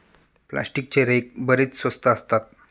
प्लास्टिकचे रेक बरेच स्वस्त असतात